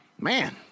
Man